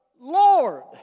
Lord